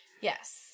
Yes